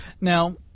Now